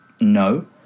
no